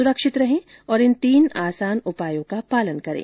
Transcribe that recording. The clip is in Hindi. सुरक्षित रहें और इन तीन आसान उपायों का पालन करें